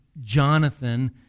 Jonathan